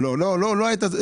זה מחולק לשני חלקים: